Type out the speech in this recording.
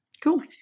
cool